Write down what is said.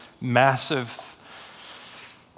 massive